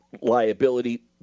Liability